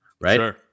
right